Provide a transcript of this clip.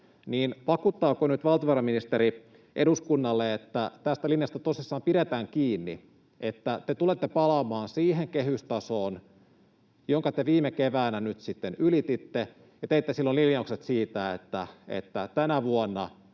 niin vakuuttaako nyt valtiovarainministeri eduskunnalle, että tästä linjasta tosissaan pidetään kiinni, että te tulette palaamaan siihen kehystasoon, jonka te nyt sitten ylititte viime keväänä, jolloin teitte linjaukset siitä, että tänä vuonna